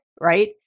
right